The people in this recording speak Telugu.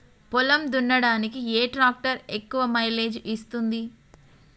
పొలం దున్నడానికి ఏ ట్రాక్టర్ ఎక్కువ మైలేజ్ ఇస్తుంది?